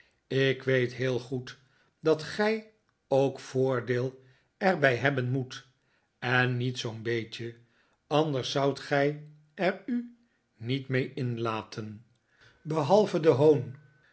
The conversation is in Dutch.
ik weet heel goed dat gij ook voordeel er bij hebben moet en niet zoo'n beetje anders zoudt gij er u niet mee inlaten behalve den hoon